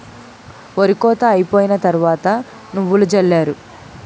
ఒరి కోత అయిపోయిన తరవాత నువ్వులు జల్లారు